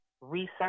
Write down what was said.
research